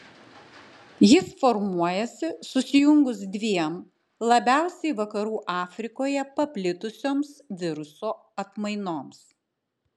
jis formuojasi susijungus dviem labiausiai vakarų afrikoje paplitusioms viruso atmainoms